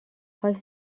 کاش